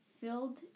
filled